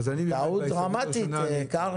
טעות דרמטית.